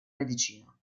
medicina